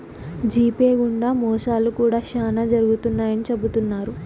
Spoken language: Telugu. జీపే గుండా మోసాలు కూడా శ్యానా జరుగుతాయని చెబుతున్నారు